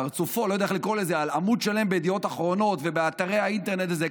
פרצופו של עמוד שלם בידיעות אחרונות ובאתרי האינטרנט וזה,